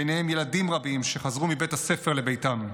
ביניהם ילדים רבים שחזרו מבית הספר לביתם.